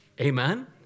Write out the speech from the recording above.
Amen